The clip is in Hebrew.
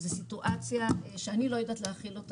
זו סיטואציה שאני לא יודעת להכיל.